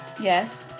Yes